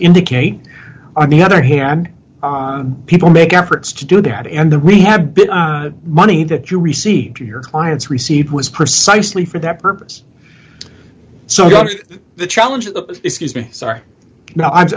indicate on the other hand people make efforts to do that and the we have big money that you receive your clients received was precisely for that purpose so the challenge excuse me sorry no i'm